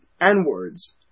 N-words